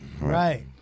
Right